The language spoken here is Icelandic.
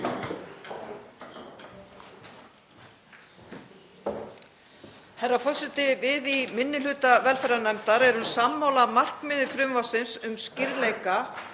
Herra forseti. Við í minni hluta velferðarnefndar erum sammála markmiði frumvarpsins um skýrleika